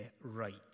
right